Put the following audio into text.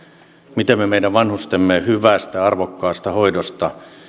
miten me meidän vanhustemme hyvästä arvokkaasta hoidosta